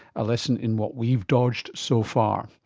a lesson in what we've dodged so far.